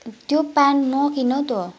त्यो पेन्ट नकिन् है तँ